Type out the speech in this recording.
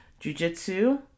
jujitsu